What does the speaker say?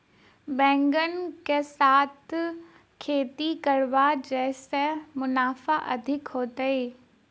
बैंगन कऽ साथ केँ खेती करब जयसँ मुनाफा अधिक हेतइ?